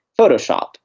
Photoshop